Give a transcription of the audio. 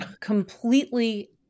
completely